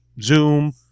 Zoom